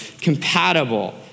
compatible